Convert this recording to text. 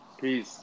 Peace